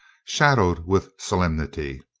shadowed with solemnity.